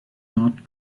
not